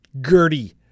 Gertie